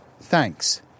Thanks